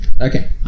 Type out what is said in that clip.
Okay